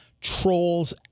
trolls